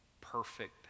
perfect